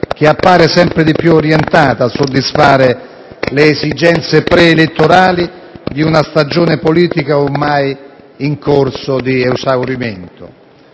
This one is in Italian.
che appare sempre più orientata a soddisfare le esigenze preelettorali di una stagione politica ormai in corso di esaurimento.